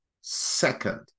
second